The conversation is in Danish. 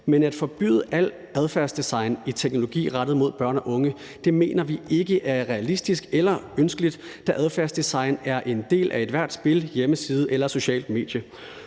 Men at forbyde al adfærdsdesign i teknologi rettet mod børn og unge mener vi ikke er realistisk eller ønskeligt, da adfærdsdesign er en del af ethvert spil, hjemmeside eller socialt medie.